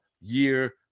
year